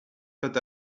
put